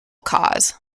cause